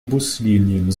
buslinien